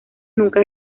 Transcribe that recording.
nunca